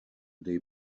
day